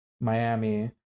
miami